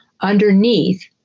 underneath